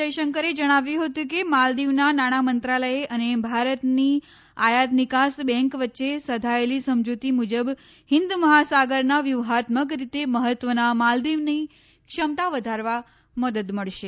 જયશંકરે જણાવ્યું હતું કે માલદીવના નાણાં મંત્રાલયે અને ભારતની આયાત નિકાસ બેંક વચ્ચે સધાયેલી સમજુતી મુજબ હિંદ મહાસાગરના વ્યુહાત્મક રીતે મહત્વના માલદિવની ક્ષમતા વધારવા મદદ મળશે